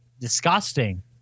disgusting